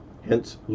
hence